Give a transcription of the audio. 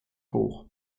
hoch